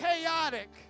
chaotic